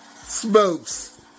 smokes